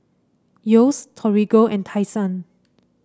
Yeo's Torigo and Tai Sun